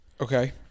Okay